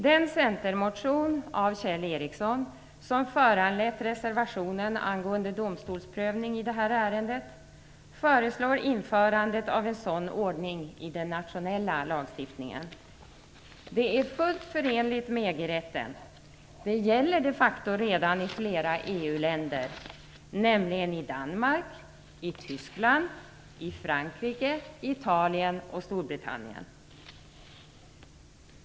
Den centermotion av Kjell Ericsson som föranlett reservationen angående domstolsprövning i det här ärendet föreslår införandet av en sådan ordning i den nationella lagstiftningen. Det är fullt förenligt med EG-rätten. Det gäller de facto redan i flera EU-länder, nämligen i Danmark, Tyskland, Frankrike, Italien och Storbritannien.